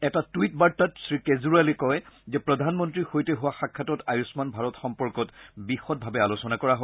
এটা টুইট বাৰ্তাত শ্ৰীকেজৰিৱালে কয় যে প্ৰধানমন্ত্ৰীৰ সৈতে হোৱা সাক্ষাতত আয়ুমান ভাৰত সম্পৰ্কত বিশদভাৱে আলোচনা কৰা হয়